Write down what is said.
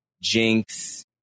Jinx